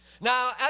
Now